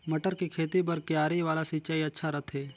मटर के खेती बर क्यारी वाला सिंचाई अच्छा रथे?